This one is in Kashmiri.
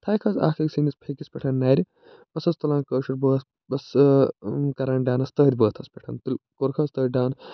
تھایَکھ حظ اَکھ أکۍ سِنٛدِس فٮ۪کِس پٮ۪ٹھ نَرِ پوٚتُس حظ تُلان کٲشُر بٲتھ کران ڈانَس تٔتھۍ بٲتھَس پٮ۪ٹھ تہٕ کوٚرُکھ حظ تٔتھۍ ڈان